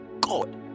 God